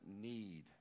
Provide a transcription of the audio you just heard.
need